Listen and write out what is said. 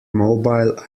mobile